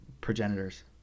progenitors